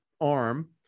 arm